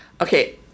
Okay